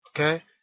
Okay